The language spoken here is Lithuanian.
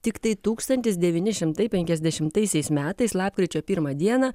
tiktai tūkstantis devyni šimtai penkiasdešimtaisiais metais lapkričio pirmą dieną